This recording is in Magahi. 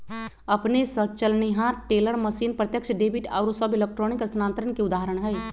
अपने स चलनिहार टेलर मशीन, प्रत्यक्ष डेबिट आउरो सभ इलेक्ट्रॉनिक स्थानान्तरण के उदाहरण हइ